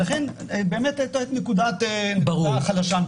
ולכן הנקודה הזו היא נקודה חלשה.